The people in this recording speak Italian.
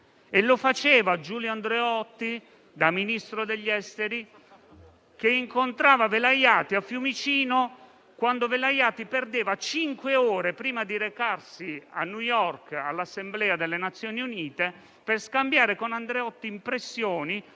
e lo faceva Giulio Andreotti da Ministro degli esteri incontrando Velayati a Fiumicino. Velayati perdeva cinque ore prima di recarsi a New York all'Assemblea delle Nazioni Unite per scambiare con Andreotti impressioni